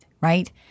right